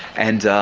and